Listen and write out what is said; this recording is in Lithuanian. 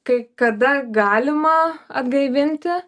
kai kada galima atgaivinti